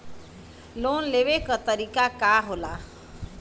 Loan लेवे क तरीकाका होला?